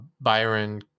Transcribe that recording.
Byron